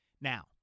Now